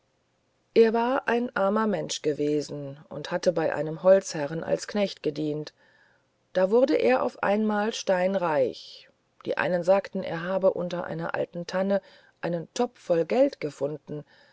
er war ein armer mensch gewesen und hatte bei einem holzherren als knecht gedient da wurde er auf einmal steinreich die einen sagten er habe unter einer alten tanne einen topf voll geld gefunden